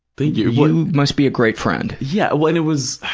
thank you. you must be a great friend. yeah, well, and it was,